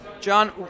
John